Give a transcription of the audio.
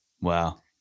Wow